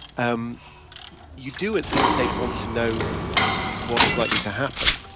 um you do, at some stage, want to know what is likely to happen.